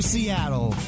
Seattle